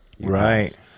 Right